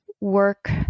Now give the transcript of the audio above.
work